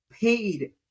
Paid